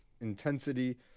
intensity